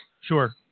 sure